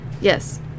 yes